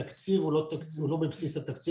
התקציב הוא לא בבסיס התקציב.